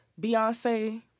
Beyonce